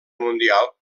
mundial